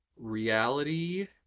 reality